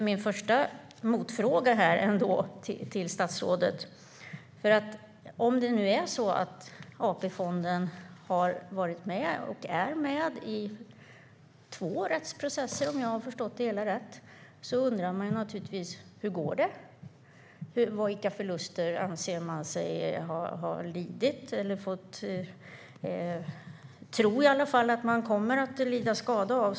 Min första motfråga till statsrådet blir då, eftersom Första AP-fonden har varit eller är med i två rättsprocesser, om jag har förstått det hela rätt: Hur går det? Och vilka förluster anser man att man har eller tror man att man kommer att lida skada av?